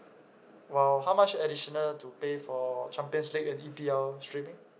!wow! how much additional to pay for champions league and E_P_L streaming